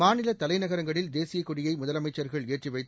மாநிலத் தலைநகரங்களில் தேசியக் கொடியை முதலமைச்சர்கள் ஏற்றி வைத்து